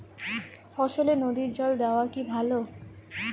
ফসলে নদীর জল দেওয়া কি ভাল?